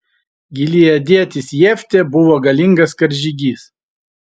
gileadietis jeftė buvo galingas karžygys